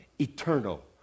eternal